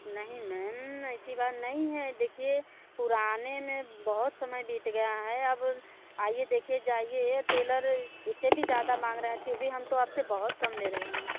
नहीं मैम ऐसी बात नहीं है देखिए पुराने में बहुत समय बीत गया है अब आइए देखिए जाइए ये टेलर इससे भी ज्यादा मांग रहे है फिर भी हम तो आप से बहुत कम ले रहे हैं